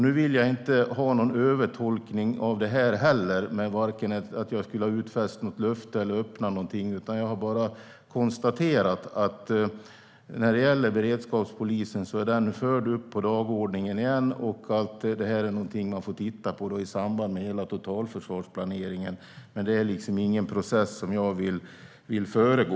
Nu vill jag inte ha någon övertolkning av det här heller - att jag skulle ha utfäst något löfte eller öppnat för någonting. Jag har bara konstaterat att när det gäller beredskapspolisen är den uppförd på dagordningen igen, och det är någonting man får titta på i samband med hela totalförsvarsplaneringen. Men det är inte en process som jag vill föregå.